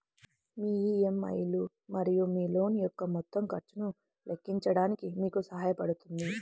మీ EMI లు మరియు మీ లోన్ యొక్క మొత్తం ఖర్చును లెక్కించడానికి మీకు సహాయపడుతుంది